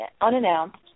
unannounced